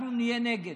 אנחנו נהיה נגד.